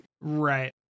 Right